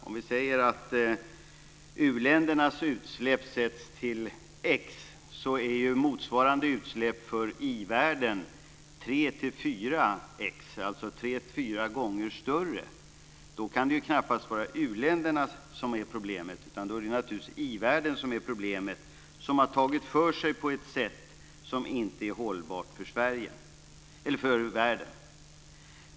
Vi kan säga att u-ländernas utsläpp är x. Motsvarande utsläpp för i-världen är tre till fyra x. De är alltså tre, fyra gånger större. Då kan det knappast vara u-länderna som är problemet utan i-världen, som har tagit för sig på ett sätt som inte är hållbart för världen.